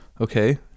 Okay